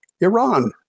Iran